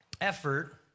effort